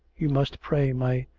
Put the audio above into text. you must pray, my.